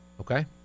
Okay